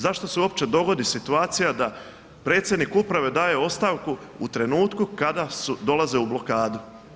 Zašto se uopće dogodi situacija da predsjednik uprave daje ostavku u trenutku kada dolaze u blokadu?